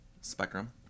Spectrum